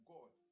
God